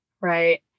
right